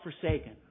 forsaken